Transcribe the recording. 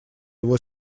его